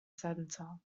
centre